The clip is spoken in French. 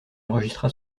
enregistra